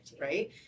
right